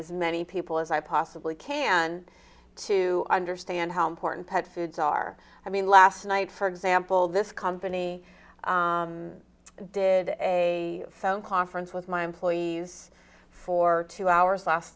as many people as i possibly can to understand how important pet foods are i mean last night for example this company did a phone conference with my employees for two hours last